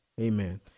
Amen